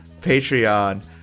Patreon